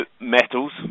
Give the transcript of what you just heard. metals